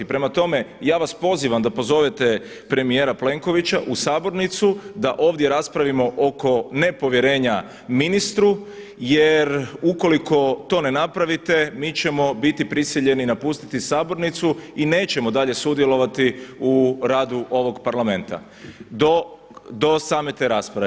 Prema tome, ja vas pozivam da pozovete premijera Plenkovića u sabornicu da ovdje raspravimo oko nepovjerenja ministru, jer ukoliko to ne napravite mi ćemo biti prisiljeni napustiti sabornicu i nećemo dalje sudjelovati u radu ovog Parlamenta do same te rasprave.